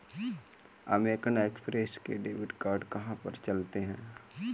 American Express के debit card कहाँ पर चलते हैं?